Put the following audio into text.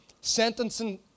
sentencing